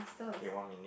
okay one minute